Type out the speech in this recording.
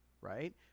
right